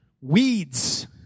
Weeds